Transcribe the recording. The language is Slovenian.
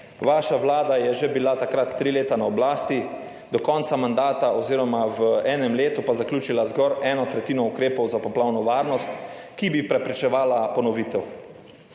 Vaša vlada je že bila takrat tri leta na oblasti, do konca mandata oz. v enem letu pa zaključila zgolj eno tretjino ukrepov za poplavno varnost, ki bi preprečevala ponovitev.